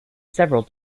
several